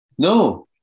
No